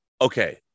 Okay